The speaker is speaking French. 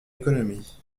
économie